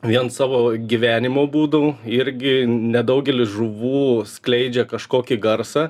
vien savo gyvenimo būdu irgi nedaugelis žuvų skleidžia kažkokį garsą